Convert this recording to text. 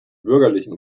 bürgerlichen